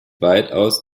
weitaus